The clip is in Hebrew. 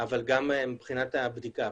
אבל גם מבחינת הבדיקה.